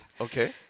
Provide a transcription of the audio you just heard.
Okay